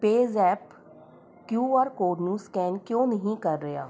PayZapp Q R code ਨੂੰ scan ਕਿਉਂ ਨਹੀਂ ਕਰ ਰਿਹਾ